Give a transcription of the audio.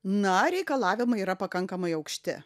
na reikalavimai yra pakankamai aukšti